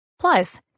Plus